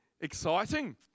exciting